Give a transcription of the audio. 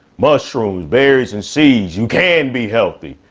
mushrooms, berries and seeds. you can be healthy.